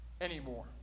anymore